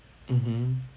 mmhmm